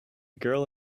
girl